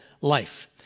life